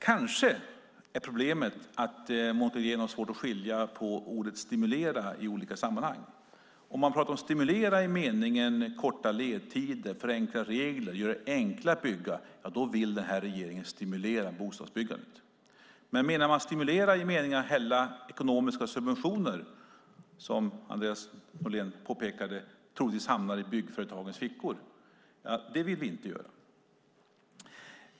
Kanske är problemet att Monica Green har svårt att skilja på ordet stimulera i olika sammanhang. Om man talar om stimulera i meningen korta ledtider, förenkla regler och att göra det enklare att bygga vill regeringen stimulera bostadsbyggandet. Men menar man stimulera i meningen att hälla ekonomiska subventioner som hamnar i byggföretagens fickor - som Andreas Norlén påpekade - är det någonting som vi inte vill göra.